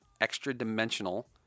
extra-dimensional